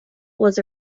was